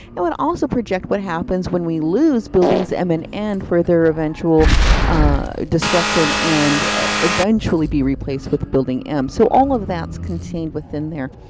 it would also project what happens when we lose buildings m and n and for their eventual destruction and eventually be replaced with building m. so all of that's contained within there.